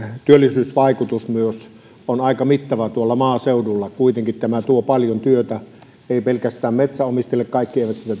työllisyysvaikutus on myös aika mittava tuolla maaseudulla kuitenkin tämä tuo paljon työtä ei pelkästään metsänomistajille kaikki eivät sitä